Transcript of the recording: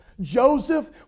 Joseph